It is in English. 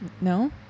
No